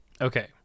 Okay